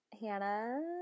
Hannah